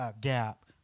gap